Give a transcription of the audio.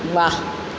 वाह